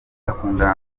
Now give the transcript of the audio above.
akundana